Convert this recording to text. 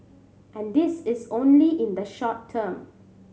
and this is only in the short term